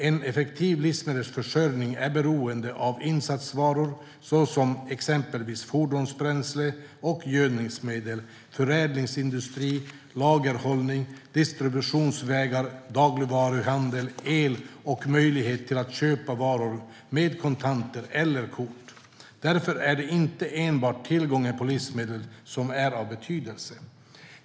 En effektiv livsmedelsförsörjning är beroende av insatsvaror såsom exempelvis fordonsbränsle och gödningsmedel, förädlingsindustri, lagerhållning, distributionsvägar, dagligvaruhandel, el och möjlighet till att köpa varor med kontanter eller kort. Därför är det inte enbart tillgången på livsmedel som är av betydelse.